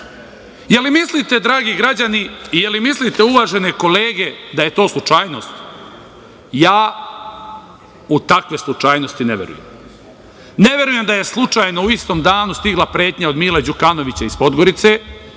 li mislite, dragi građani, da li mislite uvažene kolege da je to slučajnost? Ja u takve slučajnosti ne verujem. Ne verujem da je slučajno u istom danu stigla pretnja od Mila Đukanovića iz Podgorice,